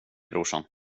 brorsan